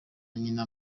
nyina